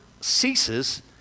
ceases